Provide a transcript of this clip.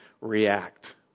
react